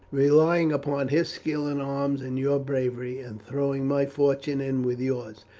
relying upon his skill in arms and your bravery, and throwing my fortune in with yours.